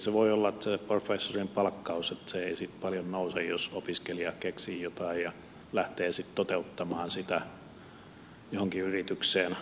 tietysti voi olla että se professorin palkkaus ei siitä paljon nouse jos opiskelija keksii jotain ja lähtee sitten toteuttamaan sitä johonkin yritykseen